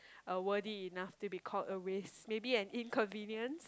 uh worthy enough to be called a waste maybe an inconvenience